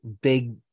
big